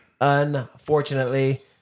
Unfortunately